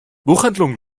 buchhandlung